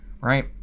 Right